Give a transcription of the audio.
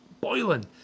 boiling